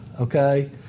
okay